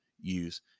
use